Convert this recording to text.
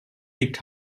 liegt